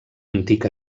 antic